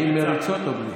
עם מריצות או בלי?